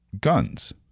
guns